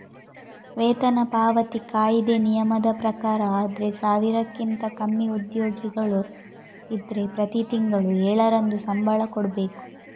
ವೇತನ ಪಾವತಿ ಕಾಯಿದೆ ನಿಯಮದ ಪ್ರಕಾರ ಆದ್ರೆ ಸಾವಿರಕ್ಕಿಂತ ಕಮ್ಮಿ ಉದ್ಯೋಗಿಗಳು ಇದ್ರೆ ಪ್ರತಿ ತಿಂಗಳು ಏಳರಂದು ಸಂಬಳ ಕೊಡ್ಬೇಕು